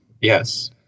Yes